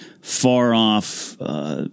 far-off